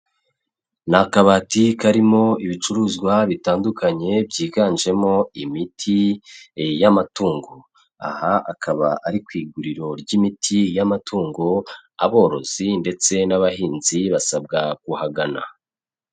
Ni akabati karimo ibicuruzwa bitandukanye byiganjemo imiti y'amatungo. Aha akaba ari ku iguriro ry'imiti y'amatungo, aborozi ndetse n'abahinzi basabwa kuhangana.